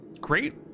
Great